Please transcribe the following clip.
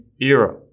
era